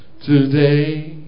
today